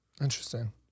Interesting